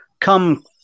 come